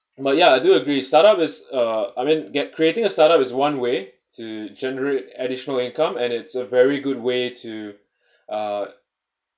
but ya I do agree startup is uh I mean get creating a startup is one way to generate additional income and it's a very good way to uh